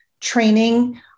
training